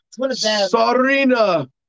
Sarina